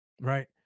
right